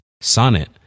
Sonnet